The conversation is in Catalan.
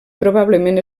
probablement